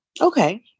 Okay